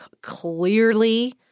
clearly—